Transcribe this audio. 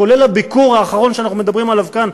כולל הביקור האחרון שאנחנו מדברים עליו כאן,